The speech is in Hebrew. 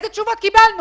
אילו תשובות קיבלנו?